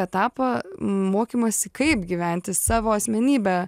etapą mokymąsi kaip gyventi savo asmenybe